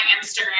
Instagram